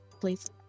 please